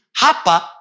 hapa